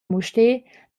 mustér